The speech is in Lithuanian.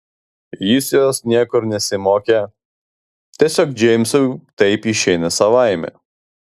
jis jos niekur nesimokė tiesiog džeimsui taip išeina savaime